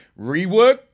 Rework